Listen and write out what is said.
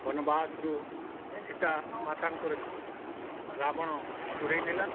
ବନବାସରୁ ସୀତା ମାତାଙ୍କର ରାବଣ ଚୋରେଇ ନେଲା